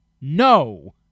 No